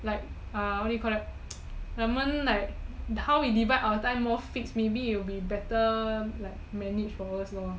like uh what do you call that 我们 like how we divide our time more fixed maybe it will be more managed for us lor